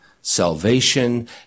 Salvation